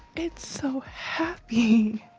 it's so happy!